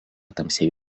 tamsiai